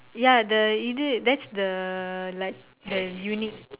ya the இது:ithu that's the like the unique